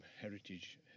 Heritage